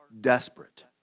desperate